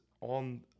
on